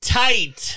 tight